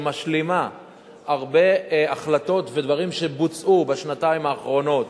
שמשלימה הרבה החלטות ודברים שבוצעו בשנתיים האחרונות,